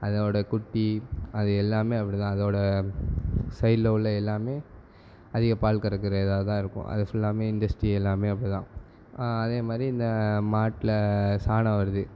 அதோட குட்டி அது எல்லாமே அப்படி தான் அதோட சைடில் உள்ள எல்லாமே அதிக பால் கறக்கிற இதாக தான் இருக்கும் அது ஃபுல்லாவுமே இண்டஸ்ட்ரி எல்லாமே அப்படி தான் அதே மாதிரி இந்த மாட்டில் சாணம் வருது